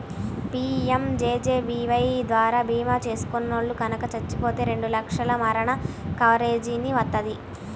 PMJJBY ద్వారా భీమా చేసుకున్నోల్లు గనక చచ్చిపోతే రెండు లక్షల మరణ కవరేజీని వత్తది